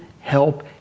help